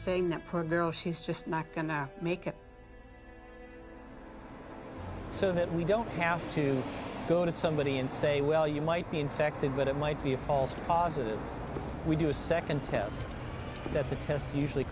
saying that poor girl she's just not going to make it so that we don't have to go to somebody and say well you might be infected but it might be a false positive we do a second t